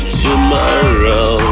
tomorrow